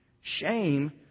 Shame